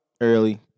early